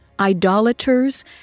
idolaters